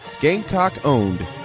Gamecock-owned